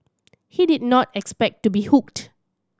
he did not expect to be hooked